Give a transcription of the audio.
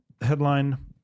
Headline